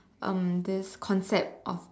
um this concept of